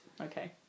Okay